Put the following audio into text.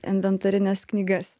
inventorines knygas